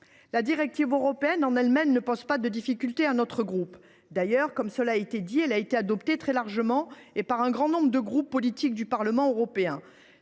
La directive européenne en elle même ne pose pas de difficultés à notre groupe. D’ailleurs, elle a été adoptée très largement par un grand nombre de groupes politiques du Parlement européen.